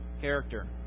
character